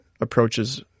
approaches